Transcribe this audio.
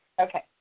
Okay